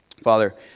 Father